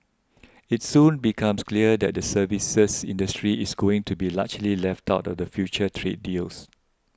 it soon becomes clear that the services industry is going to be largely left out of the future trade deals